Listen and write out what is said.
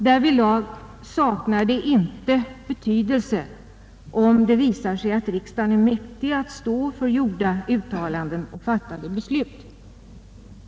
Därvidlag saknar det inte betydelse om det visar sig att riksdagen är mäktig att stå för gjorda uttalanden och fattade beslut.